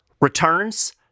Returns